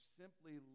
simply